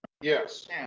Yes